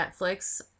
netflix